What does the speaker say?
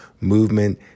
Movement